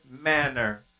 manner